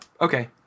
okay